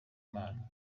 imana